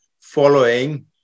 following